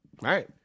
Right